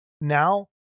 now